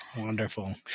Wonderful